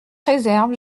réserve